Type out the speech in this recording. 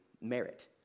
merit